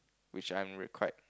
which I'm re~ quite